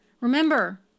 Remember